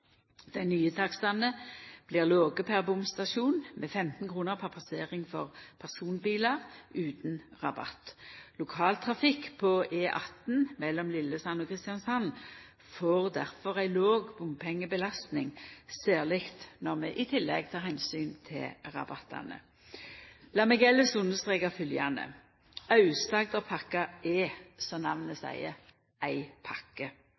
Dei nye takstane blir låge per bomstasjon, med 15 kr per passering for personbilar utan rabatt. Lokaltrafikk på E18 mellom Lillesand og Kristiansand får derfor ei låg bompengebelastning, særleg når vi i tillegg tek omsyn til rabattane. Lat meg elles undersreka følgjande. Aust-Agderpakka er, som namnet seier, ei pakke.